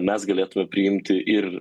mes galėtume priimti ir